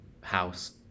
house